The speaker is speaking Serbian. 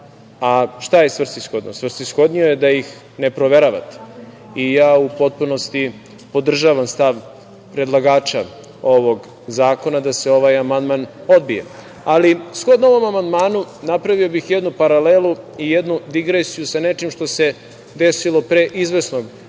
Šta je svrsishodno? Svrsishodnost je da ih ne proveravate i ja u potpunosti podržavam stav predlagača ovog zakona da se ovaj amandman odbije. Shodno ovom amandmanu, napravio bih jednu paralelu i jednu digresiju sa nečim što se desilo pre izvesnog vremenskog